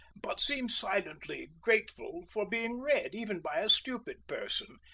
but seem silently grateful for being read, even by a stupid person,